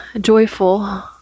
joyful